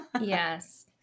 Yes